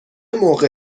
موقع